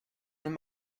eine